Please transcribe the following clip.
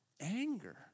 anger